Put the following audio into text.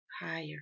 higher